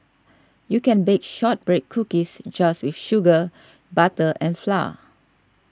you can bake Shortbread Cookies just with sugar butter and flour